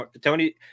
Tony